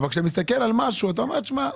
אבל כשאני מסתכל על משהו אתה אומר שמע,